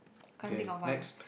can't think of one